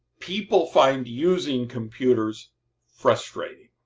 people find using computers frustrating.